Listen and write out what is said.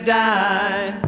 die